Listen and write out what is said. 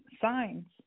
signs